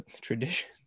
tradition